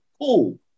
cool